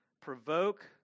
provoke